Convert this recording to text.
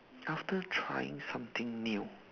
after trying something new